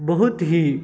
बहुत ही